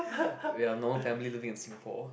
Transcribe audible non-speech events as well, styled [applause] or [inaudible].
[breath] we are normal family living in Singapore